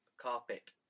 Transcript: Carpet